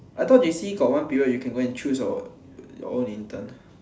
I thought they see got one period you can choose your own intern